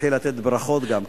אתחיל לתת ברכות גם כן.